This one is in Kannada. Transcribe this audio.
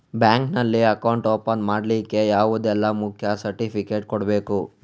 ಬ್ಯಾಂಕ್ ನಲ್ಲಿ ಅಕೌಂಟ್ ಓಪನ್ ಮಾಡ್ಲಿಕ್ಕೆ ಯಾವುದೆಲ್ಲ ಮುಖ್ಯ ಸರ್ಟಿಫಿಕೇಟ್ ಕೊಡ್ಬೇಕು?